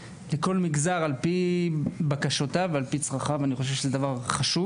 לכל מגזר על פי בקשותיו ועל פי צרכיו ואני חושב שזה דבר חשוב